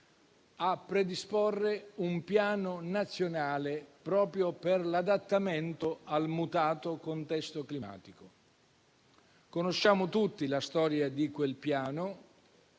a predisporre un Piano nazionale di adattamento al mutato contesto climatico. Conosciamo tutti la storia di quel Piano: